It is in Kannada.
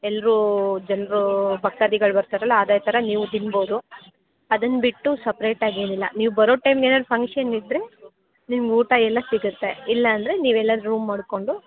ಎಲ್ರೂ ಜನರೂ ಭಕ್ತಾದಿಗಳು ಬರ್ತಾರಲ್ಲ ಅದೇ ಥರ ನೀವೂ ತಿನ್ಬೋದು ಅದನ್ನ ಬಿಟ್ಟು ಸಪ್ರೇಟಾಗೇನಿಲ್ಲ ನೀವು ಬರೋ ಟೈಮ್ ಏನಾದ್ರು ಫಂಕ್ಷನ್ ಇದ್ರೆ ನಿಮ್ಗೆ ಊಟ ಎಲ್ಲ ಸಿಗುತ್ತೆ ಇಲ್ಲಾಂದ್ರೆ ನೀವೆಲ್ಲಾದ್ರು ರೂಮ್ ಮಾಡ್ಕೊಂಡು